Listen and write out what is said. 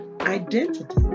identity